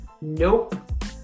Nope